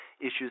issues